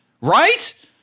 Right